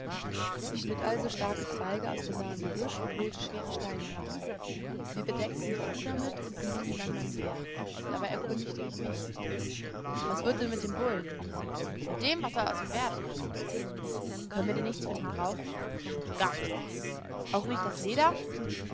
ich schnitt also starke zweige aus dem nahen gebüsch und holte schwere steine herbei wir bedeckten die kuh damit und beluden dann mein pferd dabei erkundigte ich mich was wird denn mit dem bullen mit dem was soll aus ihm werden können wir denn nichts von ihm brauchen gar nichts auch nicht das leder